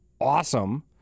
awesome